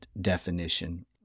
definition